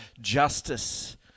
justice